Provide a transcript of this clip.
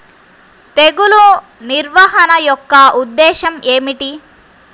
తెగులు నిర్వహణ యొక్క ఉద్దేశం ఏమిటి?